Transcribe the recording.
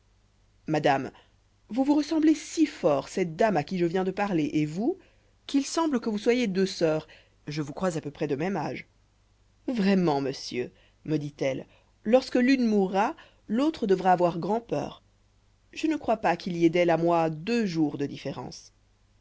madame vous vous ressemblez si fort cette dame à qui je viens de parler et vous qu'il me semble que vous soyez deux sœurs et je ne crois pas que vous soyez plus âgées l'une que l'autre eh vraiment monsieur me dit-elle lorsque l'une mourra l'autre devra avoir grand-peur je ne crois pas qu'il y ait d'elle à moi deux jours de différence